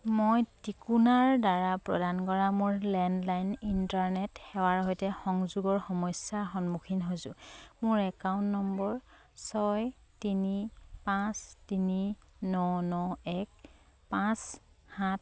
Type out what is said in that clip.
মই টিকোনাৰ দ্বাৰা প্ৰদান কৰা মোৰ লেণ্ডলাইন ইণ্টাৰনেট সেৱাৰ সৈতে সংযোগৰ সমস্যাৰ সন্মুখীন হৈছোঁ মোৰ একাউণ্ট নম্বৰ ছয় তিনি পাঁচ তিনি ন ন এক পাঁচ সাত